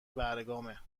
برگامه